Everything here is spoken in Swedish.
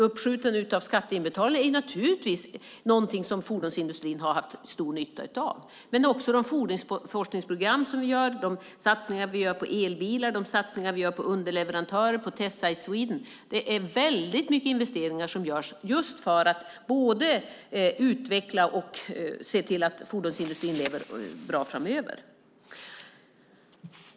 Uppskjutandet av skatteinbetalningar är naturligtvis någonting som fordonsindustrin har haft stor nytta av. Men det gäller också de fordonsforskningsprogram som vi genomför och de satsningar vi gör på elbilar, underleverantörer och Test Site Sweden. Det är väldigt mycket investeringar som görs för att utveckla fordonsindustrin och se till att den lever bra framöver.